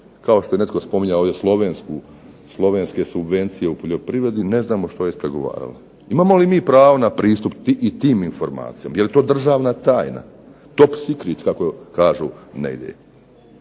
kao što je netko ovdje spominjao Slovenske subvencije u poljoprivredi, ne znamo što je ispregovarala. Imamo li pravo mi na pristup tim informacijama, je li to državna tajna, top secret kako kažu negdje